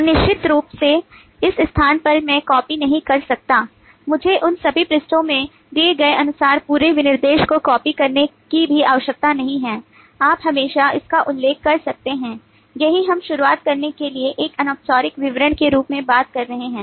तो निश्चित रूप से इस स्थान पर मैं कॉपी करने की भी आवश्यकता नहीं है आप हमेशा इसका उल्लेख कर सकते हैं यही हम शुरुआत करने के लिए एक अनौपचारिक विवरण के रूप में बात कर रहे हैं